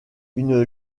une